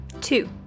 Two